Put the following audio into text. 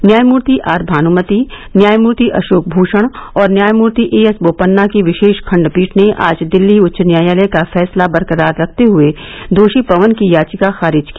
न्यायमूर्ति आर भान्मति न्यायमूर्ति अशोक भूषण और न्यायमूर्ति ए एस बोपन्ना की विशेष खंडपीठ ने आज दिल्ली उच्च न्यायालय का फैसला बरकरार रखते हुए दोषी पवन की याचिका खारिज की